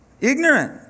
Ignorant